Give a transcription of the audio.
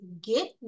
get